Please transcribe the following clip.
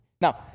Now